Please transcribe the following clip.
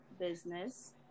business